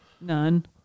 None